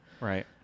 Right